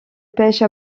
pêche